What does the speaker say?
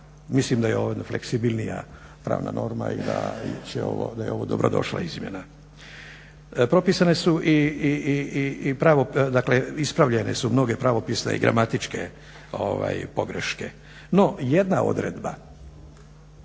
Mislim da je ovo jedna fleksibilnija pravna norma i da je ovo dobrodošla izmjena. Propisane su dakle ispravljene su mnoge pravopisne i gramatičke pogreške.